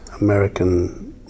American